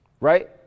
Right